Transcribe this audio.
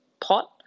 pot